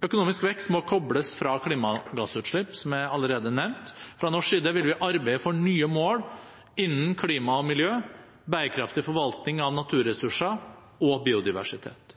Økonomisk vekst må kobles fra klimagassutslipp, som allerede nevnt. Fra norsk side vil vi arbeide for nye mål innen klima og miljø, bærekraftig forvaltning av naturressurser og biodiversitet.